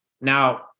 Now